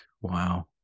wow